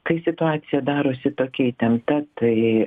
kai situacija darosi tokia įtempta tai